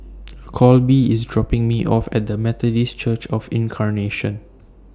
Colby IS dropping Me off At The Methodist Church of Incarnation